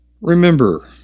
Remember